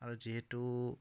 আৰু যিহেতু